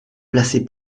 placez